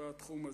בתחום הזה.